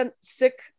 sick